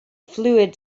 fluid